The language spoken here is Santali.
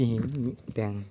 ᱤᱧ ᱢᱤᱫᱴᱮᱱ